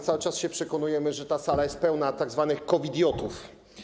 Cały czas się przekonujemy, że ta sala jest pełna tzw. COVID-iotów.